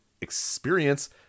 experience